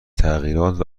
تغییرات